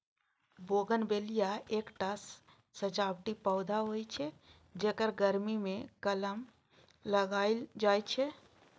bougainvillea एकटा सजावटी पौधा होइ छै, जेकर गर्मी मे कलम लगाएल जाइ छै